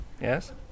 Yes